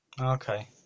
Okay